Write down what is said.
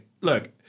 Look